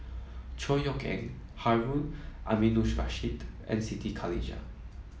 Chor Yeok Eng Harun Aminurrashid and Siti Khalijah